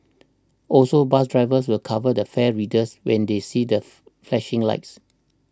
also bus drivers will cover the fare readers when they see that flashing lights